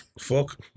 Fuck